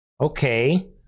Okay